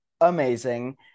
amazing